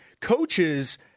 coaches